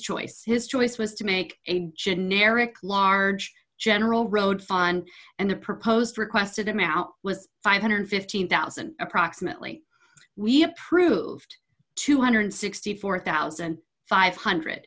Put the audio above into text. choice his choice was to make a generic large general road fund and a proposed requested him out was five hundred and fifteen thousand approximately we approved two hundred and sixty four thousand and five one hundred